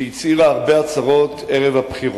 שהצהירה הרבה הצהרות ערב הבחירות.